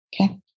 Okay